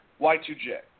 Y2J